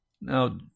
Now